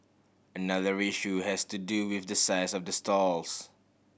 another issue has to do with the size of the stalls